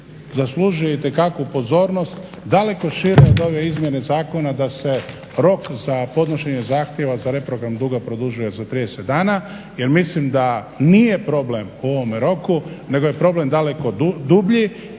zaslužuje itekakvu pozornost, daleko šire od ove izmjene zakona da se rok za podnošenje zahtjeva za reprogram duga produžuje za 30 dana jer mislim da nije problem u ovome roku nego je problem daleko dublji,